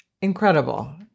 Incredible